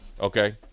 Okay